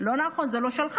לא נכון, זה לא שלך.